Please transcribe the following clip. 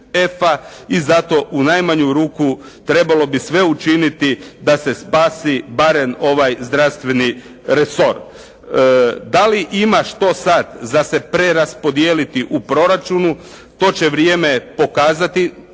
I zato u najmanju ruku trebalo bi sve učiniti da se spasi barem ovaj zdravstveni resor. Da li ima što sad za preraspodijeliti u proračunu to će vrijeme pokazati.